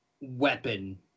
weapon